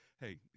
hey